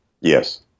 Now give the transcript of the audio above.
Yes